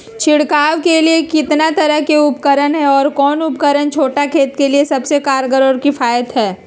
छिड़काव के लिए कितना तरह के उपकरण है और कौन उपकरण छोटा खेत के लिए सबसे कारगर और किफायती है?